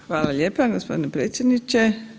Hvala lijepa gospodine predsjedniče.